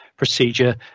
procedure